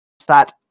sat